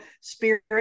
spirit